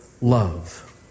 love